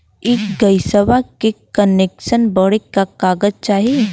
इ गइसवा के कनेक्सन बड़े का का कागज चाही?